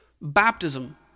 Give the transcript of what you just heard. Baptism